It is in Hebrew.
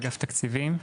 אגף תקציבים,